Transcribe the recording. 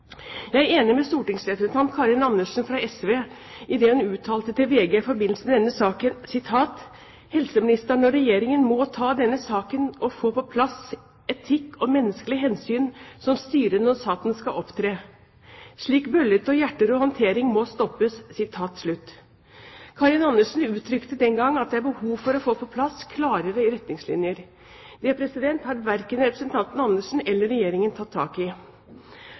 Jeg er enig med stortingsrepresentant Karin Andersen fra SV i det hun uttalte til VG i forbindelse med denne saken: «Helseministeren og Regjeringen må ta opp denne saken og få på plass etikk og menneskelige hensyn som styrende når staten skal opptre. Slik bøllete og hjerterå håndtering må stoppes.» Karin Andersen uttrykte den gang at det er behov for å få på plass klarere retningslinjer. Det har verken representanten Andersen eller Regjeringen tatt tak i.